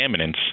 contaminants